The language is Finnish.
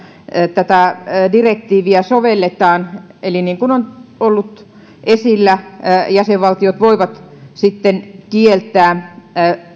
tätä direktiiviä sovelletaan eli niin kuin on ollut esillä jäsenvaltiot voivat kieltää